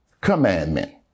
commandment